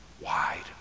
wide